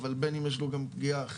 אבל בין אם יש לו גם פגיעה אחרת,